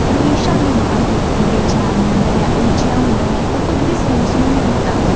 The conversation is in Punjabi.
ਹਮੇਸ਼ਾਂ ਬਿਮਾਰ ਵਿਅਕਤੀ ਬੇਚੈਨ ਰਹਿੰਦਾ ਹੈ ਉਲਝਿਆ ਹੁੰਦਾ ਹੈ ਉਹ ਕੁਝ ਵੀ ਸੋਚ ਨਹੀਂ ਸਕਦਾ